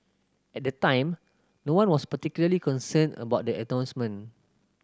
at the time no one was particularly concerned about the announcement